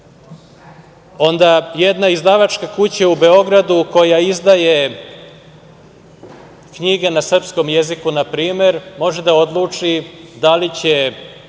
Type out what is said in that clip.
knjiga. Jedna izdavačka kuća u Beogradu koja izdaje knjige na srpskom jeziku npr. može da odluči da li će